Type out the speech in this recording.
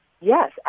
Yes